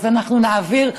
אז אנחנו נעביר חוק